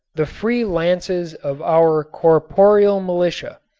the free lances of our corporeal militia,